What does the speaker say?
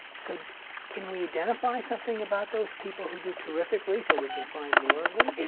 so can we identify something about those people who do terrifically so we can find more of them?